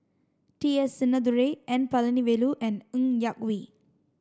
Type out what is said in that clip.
T S Sinnathuray N Palanivelu and Ng Yak Whee